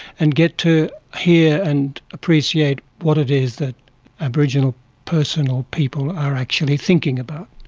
and get to hear and appreciate what it is that aboriginal person or people are actually thinking about.